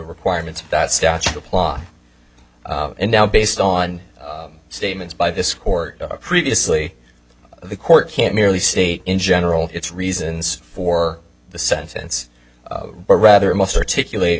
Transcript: requirement that statute apply and now based on statements by this court previously the court can't merely state in general it's reasons for the sentence but rather must articulate